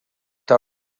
eta